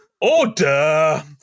Order